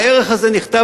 הערך הזה נכתב,